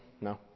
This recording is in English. no